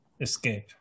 escape